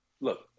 look